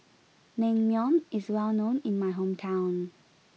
Naengmyeon is well known in my hometown